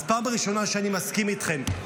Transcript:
אז פעם ראשונה שאני מסכים איתכם,